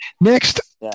next